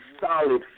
solid